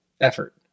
effort